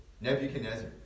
Nebuchadnezzar